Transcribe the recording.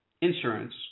insurance